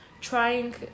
trying